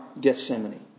Gethsemane